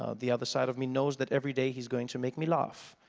ah the other side of me knows that every day he's going to make me laugh.